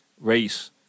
race